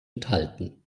enthalten